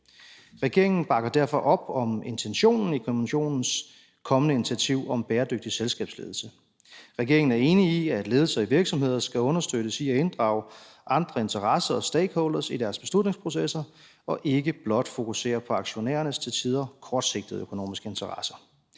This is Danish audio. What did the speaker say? Regeringen bakker derfor op om intentionen i Kommissionens kommende initiativ om bæredygtig selskabsledelse. Regeringen er enig i, at ledelser i virksomheder skal understøttes i at inddrage andre interesser og stakeholders i deres beslutningsprocesser og ikke blot fokusere på aktionærernes til tider kortsigtede økonomiske interesser.